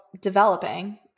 developing